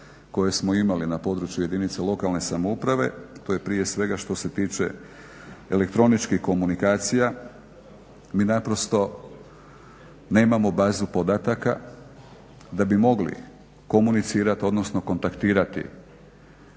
koja smo imali na području jedinica lokalne samouprave, to je prije svega što se tiče elektroničkih komunikacija, mi naprosto nemamo bazu podataka da bi mogli komunicirati, odnosno kontaktirati